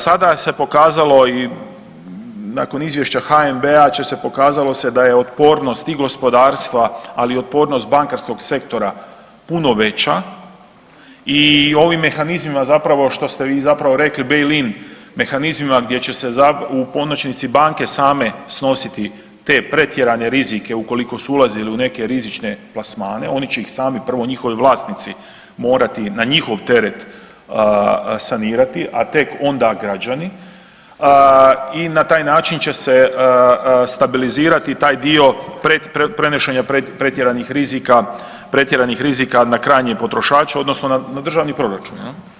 Sada se pokazalo i nakon izvješća HNB-a pokazalo se da je otpornost i gospodarstva ali i otpornost bankarskog sektora puno veća i ovim mehanizmima zapravo što ste zapravo rekli bail in mehanizmima gdje će se u konačnici banke same snositi te pretjerane rizike ukoliko su ulazili neke rizične plasmane, oni će ih sami, prvo njihovi vlasnici morati na njihov teret sanirati a tek onda građani i na taj način će se stabilizirati taj dio prenošenje pretjeranih rizika na krajnje potrošače, odnosno na državni proračun.